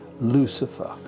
Lucifer